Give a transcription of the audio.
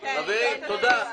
חברים, תודה.